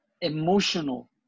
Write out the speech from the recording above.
emotional